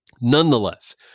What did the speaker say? Nonetheless